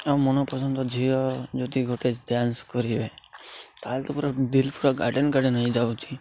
ଆଉ ମନପସନ୍ଦ ଝିଅ ଯଦି ଗୋଟେ ଡ୍ୟାନ୍ସ କରିବେ ତାହେଲେ ତ ପୁରା ଦିଲ୍ ପୁରା ଗାର୍ଡ଼େନ୍ ଗାର୍ଡ଼େନ୍ ହେଇଯାଉଛି